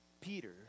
Peter